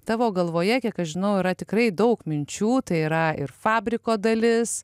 tavo galvoje kiek aš žinau yra tikrai daug minčių tai yra ir fabriko dalis